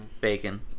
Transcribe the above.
Bacon